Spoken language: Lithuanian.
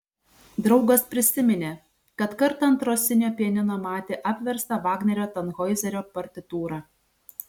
draugas prisiminė kad kartą ant rosinio pianino matė apverstą vagnerio tanhoizerio partitūrą